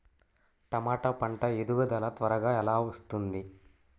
టమాట పంట ఎదుగుదల త్వరగా ఎలా వస్తుంది?